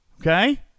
Okay